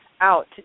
out